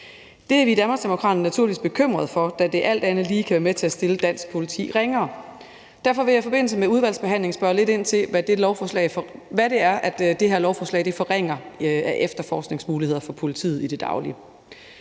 Det er vi i Danmarksdemokraterne naturligvis bekymret for, da det alt andet lige kan være med til at stille dansk politi ringere. Derfor vil jeg i forbindelse med udvalgsbehandlingen spørge lidt ind til, hvad det er, det her lovforslag forringer af efterforskningsmuligheder for politiet i det daglige.